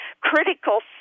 Critical